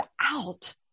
out